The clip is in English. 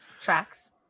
Tracks